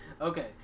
Okay